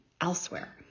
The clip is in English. elsewhere